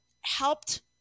helped